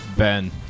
Ben